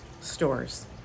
stores